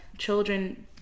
children